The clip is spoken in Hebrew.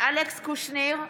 אלכס קושניר,